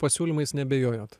pasiūlymais neabejojot